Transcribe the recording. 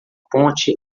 ponte